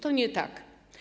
To nie tak.